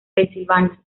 pensilvania